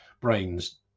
brains